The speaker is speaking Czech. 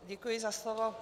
Děkuji za slovo.